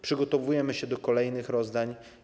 Przygotowujemy się do kolejnych rozdań.